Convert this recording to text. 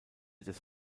des